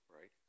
right